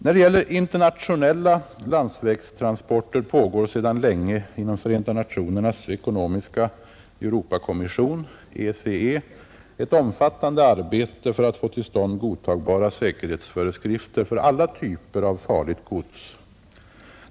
När det gäller internationella landsvägstransporter pågår sedan länge inom FN:s ekonomiska Europakommission, ECE, ett omfattande arbete för att få till stånd godtagbara säkerhetsföreskrifter för alla typer av farligt gods.